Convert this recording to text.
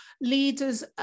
leaders